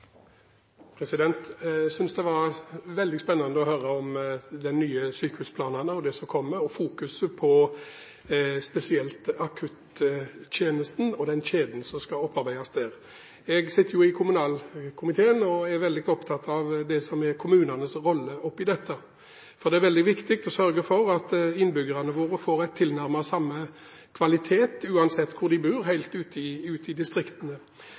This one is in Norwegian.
Jeg syntes det var spennende å høre om de nye sykehusplanene og det som kommer, og om fokuseringen på spesielt akuttjenesten og den kjeden som skal opparbeides der. Jeg sitter i kommunal- og forvaltningskomiteen og er opptatt av det som er kommunenes rolle i dette, for det er viktig å sørge for at innbyggerne våre får tilnærmet samme kvalitet uansett hvor de bor, helt